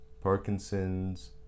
parkinson's